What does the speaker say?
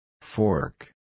Fork